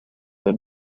del